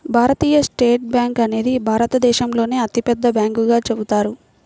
భారతీయ state bank అనేది భారతదేశంలోనే అతిపెద్ద బ్యాంకుగా చెబుతారు